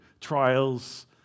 trials